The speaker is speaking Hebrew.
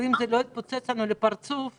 והאם זה לא יתפוצץ לנו בפנים אוטוטו?